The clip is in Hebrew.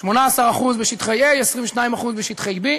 18% בשטחי A, 22% בשטחי B,